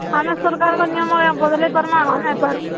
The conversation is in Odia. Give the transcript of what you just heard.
ଆମେ ସରକାରଙ୍କ ନିୟମ ବଦଲେଇ ପାର୍ମାଁ ନାଇଁ ତ